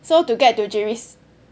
so to get to Jiris~